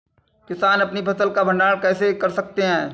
किसान अपनी फसल का भंडारण कैसे कर सकते हैं?